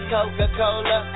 Coca-Cola